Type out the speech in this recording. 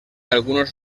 algunos